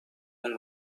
اون